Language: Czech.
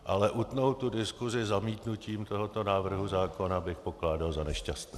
Ale utnout tu diskusi zamítnutím tohoto návrhu zákona bych pokládal za nešťastné.